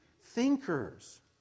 thinkers